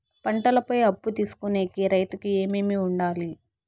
పంటల పై అప్పు తీసుకొనేకి రైతుకు ఏమేమి వుండాలి?